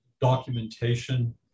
documentation